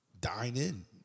Dine-in